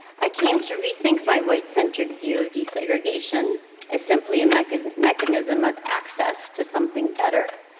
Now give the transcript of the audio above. i came to rethink my white centric view of desegregation as simply a mechanism mechanism of access to something better.